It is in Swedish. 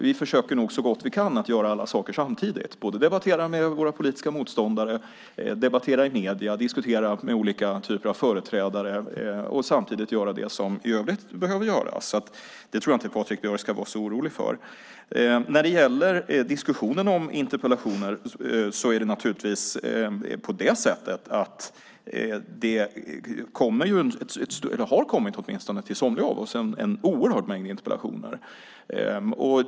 Vi försöker nog så gott vi kan göra alla saker samtidigt: debattera med våra politiska motståndare, debattera i medierna, diskutera med olika typer av företrädare och samtidigt göra det som i övrigt behöver göras. Jag tror inte att Patrik Björck ska vara så orolig för det. När det gäller diskussionen om interpellationer har det kommit en oerhört stor mängd interpellationer, åtminstone till somliga av oss.